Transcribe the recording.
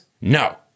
no